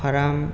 farm